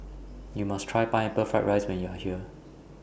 YOU must Try Pineapple Fried Rice when YOU Are here